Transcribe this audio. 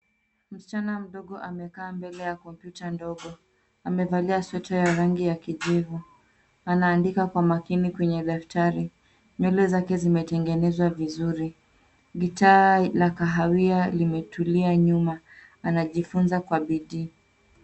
Msichana mdogo amekaa mbele ya kompyuta ndogo. Amevalia sweta ya rangi ya kijivu. Anaandika kwa makini kwenye daftari. Nywele zake zimetegenezwa vizuri. Gitaa la kahawia limetulia nyuma. Anajifunza kwa bidii.